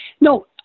No